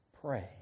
Pray